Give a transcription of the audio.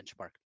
benchmark